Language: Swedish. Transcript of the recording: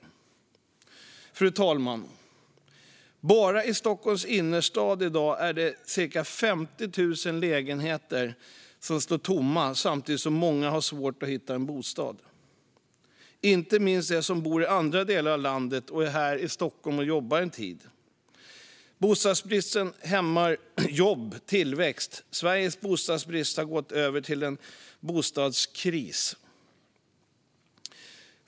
Fru talman! Bara i Stockholms innerstad står i dag ca 50 000 lägenheter tomma samtidigt som många har svårt att hitta bostad. Det gäller inte minst dem som bor i andra delar av landet och är i Stockholm och jobbar en tid. Bostadsbristen hämmar jobb och tillväxt. Sveriges bostadsbrist har gått över i en bostadskris.